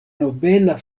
nobela